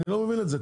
אני לא מבין את זה.